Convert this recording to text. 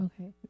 Okay